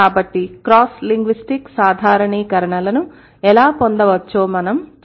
కాబట్టి cross linguistic సాధారణీకరణలను ఎలా పొందవచ్చో మనం చర్చించాము